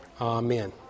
Amen